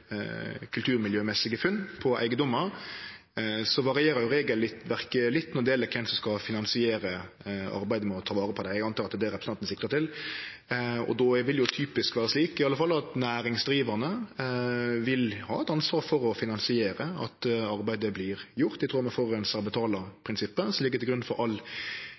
funn på eigedomar, varierer regelverket litt når det gjeld kven som skal finansiere arbeidet med å ta vare på det. Eg går ut frå at det er det representanten siktar til. Då vil det typisk vere slik at i alle fall næringsdrivande vil ha eit ansvar for å finansiere at arbeidet vert gjort, i tråd med forureinar betalar-prinsippet, som ligg til grunn for all